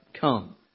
come